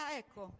ecco